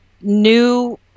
new